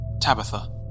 Tabitha